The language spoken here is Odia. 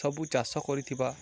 ସବୁ ଚାଷ କରିଥିବା